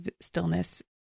stillness